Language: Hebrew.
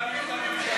ולהפיל את הממשלה.